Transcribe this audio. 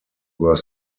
were